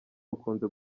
bakunze